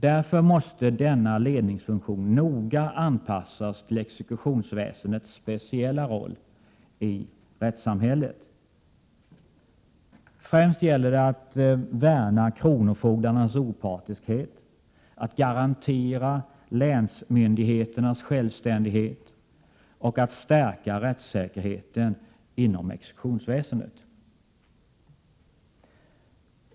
Därför måste denna ledningsfunktion noga anpassas till exekutionsväsendets speciella roll i rättssamhället. Främst gäller det att värna kronofogdarnas opartiskhet, att garantera länskronofogdemyndigheternas självständighet och att stärka rättssäkerheten inom exekutionsväsendet.